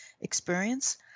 experience